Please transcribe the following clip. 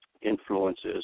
influences